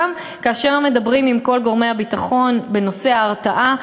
גם כאשר מדברים עם כל גורמי הביטחון בנושא ההרתעה,